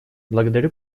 благодарю